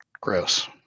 gross